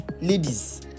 ladies